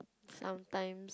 sometimes